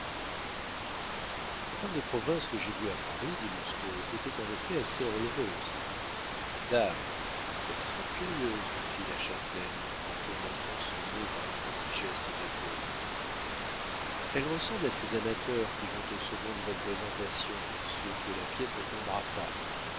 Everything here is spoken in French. les femmes de province que j'ai vues à paris dit lousteau étaient en effet assez enleveuses dam elles sont curieuses fit la châtelaine en commentant son mot par un petit geste d'épaules elles ressemblent à ces amateurs qui vont aux secondes représentations sûrs que la pièce ne tombera pas